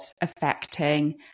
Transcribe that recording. affecting